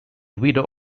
widow